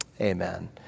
amen